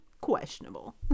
Questionable